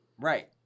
Right